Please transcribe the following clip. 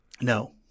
No